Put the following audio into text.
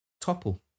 topple